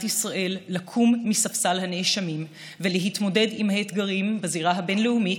ישראל לקום מספסל הנאשמים ולהתמודד עם האתגרים בזירה הבין-לאומית,